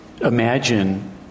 imagine